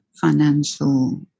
financial